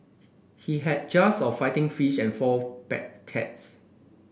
he had jars of fighting fish and four pet cats